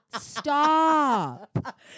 stop